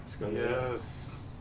Yes